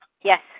Yes